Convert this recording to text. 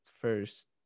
first